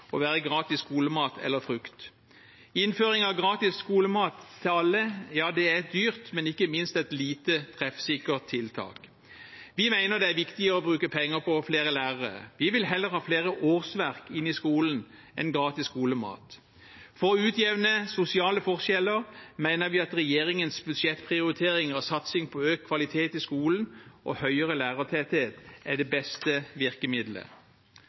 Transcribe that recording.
å være gratis skolemat eller frukt. Innføring av gratis skolemat til alle er et dyrt, men ikke minst et lite treffsikkert tiltak. Vi mener det er viktigere å bruke penger på flere lærere. Vi vil heller ha flere årsverk inn i skolen enn gratis skolemat. For å utjevne sosiale forskjeller mener vi at regjeringens budsjettprioritering av satsing på økt kvalitet i skolen og større lærertetthet er det beste virkemiddelet.